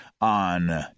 on